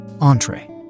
entree